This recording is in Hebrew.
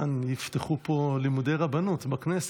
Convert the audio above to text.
שכאן יפתחו לימודי רבנות בכנסת.